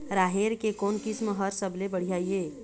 राहेर के कोन किस्म हर सबले बढ़िया ये?